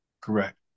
Correct